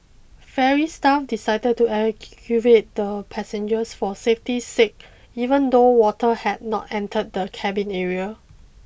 ferry staff decided to evacuate the passengers for safety sake even though water had not entered the cabin area